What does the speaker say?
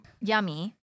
yummy